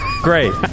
great